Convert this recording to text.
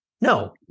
No